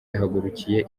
yahagurukiye